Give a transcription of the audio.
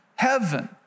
Heaven